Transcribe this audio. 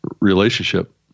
relationship